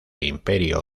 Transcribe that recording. imperio